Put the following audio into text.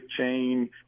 chain